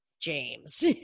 James